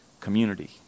community